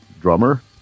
drummer